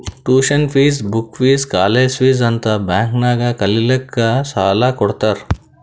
tuition fees, book fees, college fees ಅಂತ್ bank ನಾಗ್ ಕಲಿಲ್ಲಾಕ್ಕ್ ಸಾಲಾ ಕೊಡ್ತಾರ್